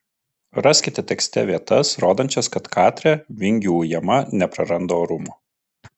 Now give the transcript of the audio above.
raskite tekste vietas rodančias kad katrė vingių ujama nepraranda orumo